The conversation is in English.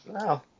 No